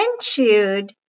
chewed